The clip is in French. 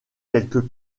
quelques